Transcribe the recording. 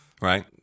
right